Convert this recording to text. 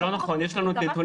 זה לא נכון, יש לנו נתונים.